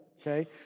okay